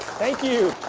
thank you.